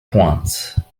pointe